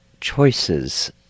choices